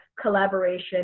collaboration